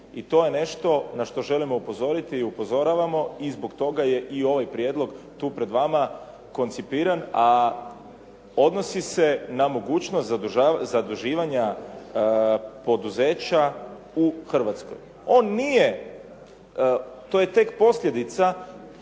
I to je nešto na što želimo upozoriti i upozoravamo i zbog toga je i ovaj prijedlog tu pred vama koncipiran a odnosi se na mogućnost zaduživanja poduzeća u Hrvatskoj. On nije, to je tek posljedica